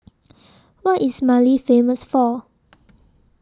What IS Mali Famous For